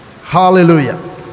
Hallelujah